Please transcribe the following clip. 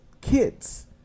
kids